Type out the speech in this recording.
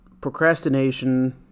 Procrastination